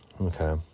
okay